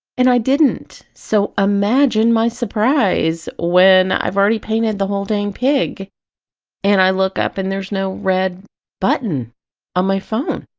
and i didn't so imagine my surprise when i've already painted the whole dang pig and i look up and there's no red button on my phone!